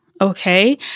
okay